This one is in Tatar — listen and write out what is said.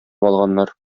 алганнар